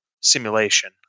simulation